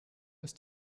ist